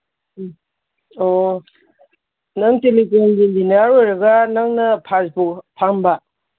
ꯎꯝ ꯑꯣ ꯅꯪ telecom engineer ꯑꯣꯏꯔꯒ ꯅꯪꯅ ꯐꯥꯁ ꯐꯨꯠ ꯐꯝꯕ